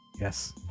Yes